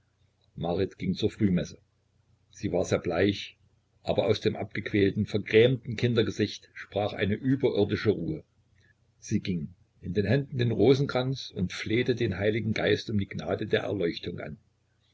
marit ging zur frühmesse sie war sehr bleich aber aus dem abgequälten vergrämten kindergesicht sprach eine überirdische ruhe sie ging in den händen den rosenkranz und flehte den heiligen geist um die gnade der erleuchtung an